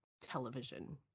television